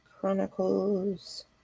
chronicles